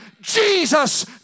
Jesus